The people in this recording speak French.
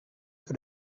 que